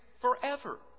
forever